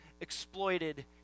exploited